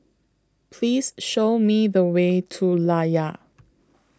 Please Show Me The Way to Layar